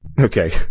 Okay